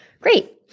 Great